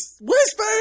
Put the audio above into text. Whisper